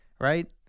right